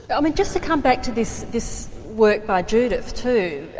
um just to come back to this this work by judith, too,